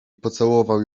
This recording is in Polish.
pocałował